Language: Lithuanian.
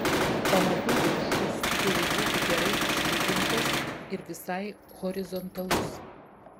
pamatų viršus turi būti gerai išlygintas ir visai horizontalus